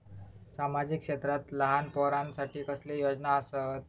सामाजिक क्षेत्रांत लहान पोरानसाठी कसले योजना आसत?